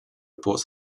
reports